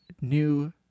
new